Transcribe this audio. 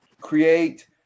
create